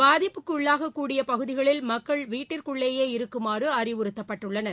பாதிப்புக்குள்ளாகக்கூடிய பகுதிகளில் மக்கள் வீட்டிற்குள்ளேயே இருக்குமாறு அறிவுறுத்தப்பட்டுள்ளனர்